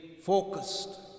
focused